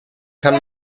kann